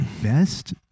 Best